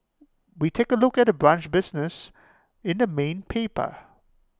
we take A look at the brunch business in the main paper